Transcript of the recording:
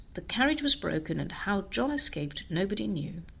the carriage was broken, and how john escaped nobody knew.